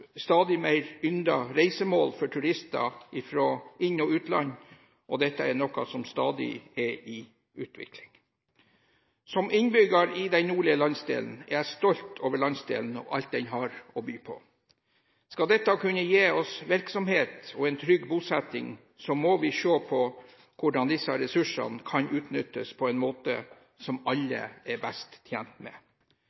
stadig mer yndet reisemål for turister fra inn- og utland, og dette er noe som stadig er i utvikling. Som innbygger i den nordlige landsdelen er jeg stolt av landsdelen og alt den har å by på. Skal dette kunne gi oss virksomhet og en trygg bosetting, må vi se på hvordan disse ressursene kan utnyttes på en måte som alle